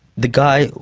the guy,